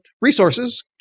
resources